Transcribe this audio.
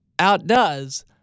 outdoes